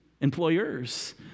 employers